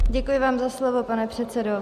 Děkuji vám za slovo, pane předsedo.